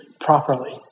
properly